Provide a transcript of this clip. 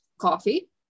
coffee